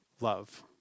love